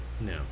No